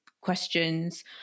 questions